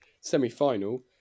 semi-final